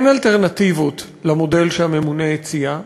אין אלטרנטיבות למודל שהממונה הציע.